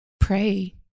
pray